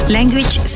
Language